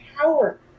power